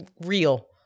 real